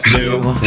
New